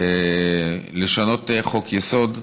לשנות חוק-יסוד,